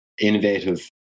innovative